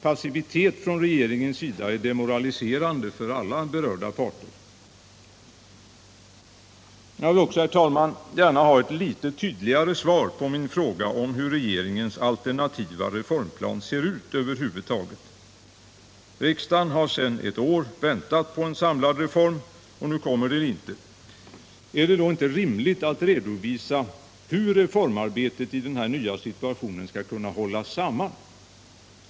Passivitet från regeringens sida är demoraliserande för alla berörda parter. Jag vill också gärna ha ett litet tydligare svar på min fråga om hur regeringens alternativa reformplan ser ut över huvud taget. Riksdagen har sedan ett år väntat på en samlad reform, men den kom inte i dag. förbättra kollektiv Är det då inte rimligt att redovisa hur reformarbetet i den här nya situationen skall kunna hållas samman?